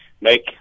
make